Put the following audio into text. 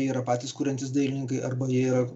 yra patys kuriantys dailininkai arba jie yra